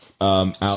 Out